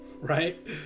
right